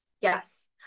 Yes